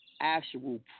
actual